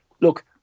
Look